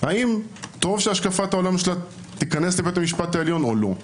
האם טוב שהשקפת העולם שלה תיכנס לבית המשפט העליון או לא.